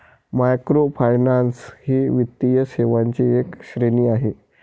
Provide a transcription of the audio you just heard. microfinance ही वित्तीय सेवांची एक श्रेणी आहे